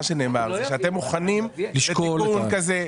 מה שנאמר שאתם מוכנים לתיקון כזה.